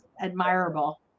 admirable